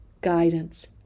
guidance